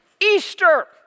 Easter